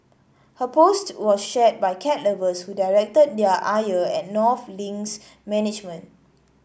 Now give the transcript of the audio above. her post was shared by cat lovers who directed their ire at North Link's management